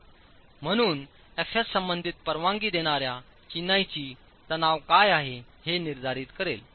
म्हणूनFs संबंधित परवानगी देणाऱ्या चिनाईचीतणावकाय आहेहेनिर्धारितकरेल